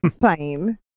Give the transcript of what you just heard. fine